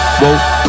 Whoa